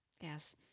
Yes